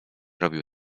robił